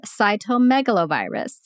cytomegalovirus